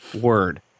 word